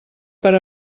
per